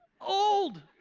Old